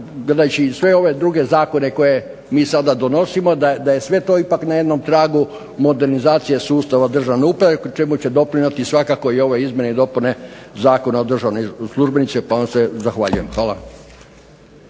znači sve ove druge zakone koje mi sada donosimo, da je sve to ipak na jednom tragu modernizacije sustava državne uprave pri čemu će doprinijeti svakako i ove izmjene i dopune Zakona o državnim službenicima, pa vam se zahvaljujem. Hvala.